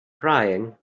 crying